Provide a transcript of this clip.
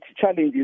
challenges